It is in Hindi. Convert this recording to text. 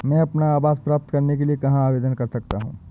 मैं अपना आवास प्राप्त करने के लिए कहाँ आवेदन कर सकता हूँ?